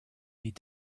need